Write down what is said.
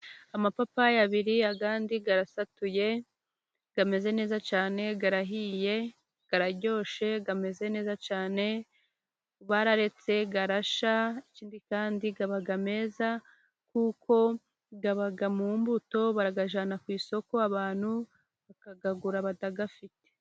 Amapapayi abiri, andi arasatuye, ameze neza cyane, arahiye, araryoshye, ameze neza cyane, bararetse arashya, ikindi kandi aba meza, kuko aba mu mbuto, barayajyana ku isoko abantu bakayagura batayafite.